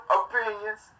opinions